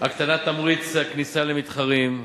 הקטנת תמריץ הכניסה למתחרים,